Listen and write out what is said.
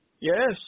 Yes